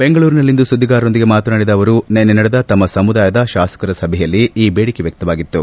ಬೆಂಗಳೂರಿನಲ್ಲಿಂದು ಸುದ್ದಿಗಾರರೊಂದಿಗೆ ಮಾತನಾಡಿದ ಅವರು ನಿನ್ನೆ ನಡೆದ ತಮ್ಮ ಸಮುದಾಯದ ಶಾಸಕರ ಸಭೆಯಲ್ಲಿ ಈ ದೇಡಿಕೆ ವ್ಯಕ್ತವಾಗಿದ್ದು